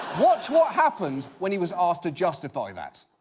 watch what happens when he was asked to justify that.